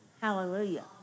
Hallelujah